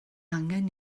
angen